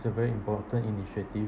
is a very important initiative